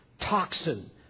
toxin